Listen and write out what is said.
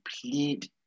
plead